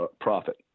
profit